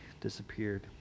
disappeared